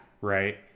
Right